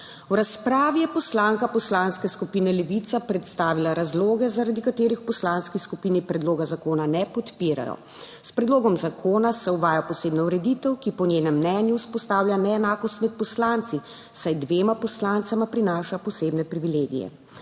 V razpravi je poslanka Poslanske skupine Levica predstavila razloge, zaradi katerih v poslanski skupini predloga zakona ne podpirajo. S predlogom zakona se uvaja posebna ureditev, ki po njenem mnenju vzpostavlja neenakost med poslanci, saj dvema poslancema prinaša posebne privilegije,